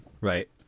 right